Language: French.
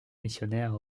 missionnaire